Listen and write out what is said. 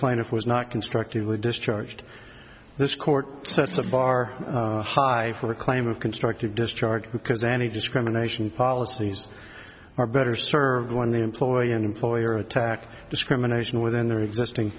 plaintiff was not constructively discharged this court sets a bar high for a claim of constructive discharge because any discrimination policies are better served when the employee and employer attack discrimination within their existing